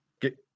get